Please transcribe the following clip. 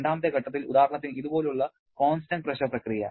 രണ്ടാമത്തെ ഘട്ടത്തിൽ ഉദാഹരണത്തിന് ഇതുപോലുള്ള കോൺസ്റ്റന്റ് പ്രഷർ പ്രക്രിയ